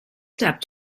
step